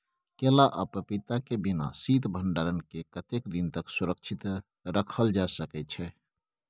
केला आ पपीता के बिना शीत भंडारण के कतेक दिन तक सुरक्षित रखल जा सकै छै?